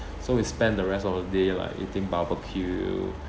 so we spent the rest of the day like eating barbecue